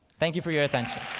thank you for your attention.